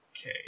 Okay